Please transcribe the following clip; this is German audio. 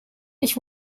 ich